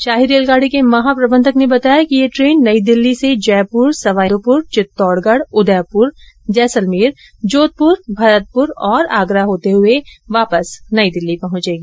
शाही रेलगाड़ी के महाप्रबंधक ने बताया कि यह ट्रेन नई दिल्ली से जयपुर सवाईमाघोपुर वित्तौड़गढ उदयपुर जैसलमेर जोधपुर भरतपुर और आगरा होते हुए वापस नई दिल्ली पहुचेगी